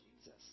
Jesus